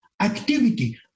activity